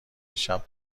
دیشب